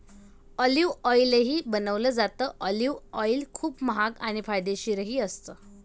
olive ऑईलही बनवलं जातं, ऑलिव्ह ऑईल खूप महाग आणि फायदेशीरही असतं